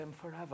forever